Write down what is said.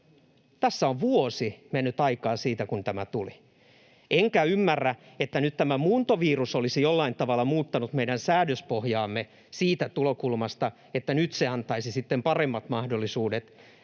Tässä on vuosi mennyt aikaa siitä, kun tämä tuli. Enkä ymmärrä sitä, että nyt tämä muuntovirus olisi jollain tavalla muuttanut meidän säädöspohjaamme ja siitä tulokulmasta se nyt antaisi sitten paremmat mahdollisuudet